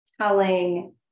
telling